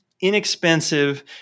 inexpensive